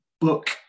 book